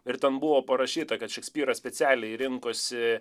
ir ten buvo parašyta kad šekspyras specialiai rinkosi